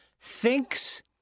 thinks